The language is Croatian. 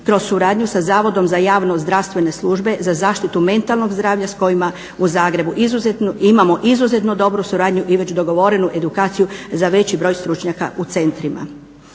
kroz suradnju sa zavodom za javno zdravstvene službe za zaštitu mentalnog zdravlja s kojima u Zagrebu izuzetno, imamo izuzetno dobro suradnju i već dogovorenu edukaciju za veći broj stručnjaka u centrima.